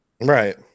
right